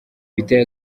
biteye